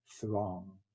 throng